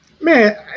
Man